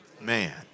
man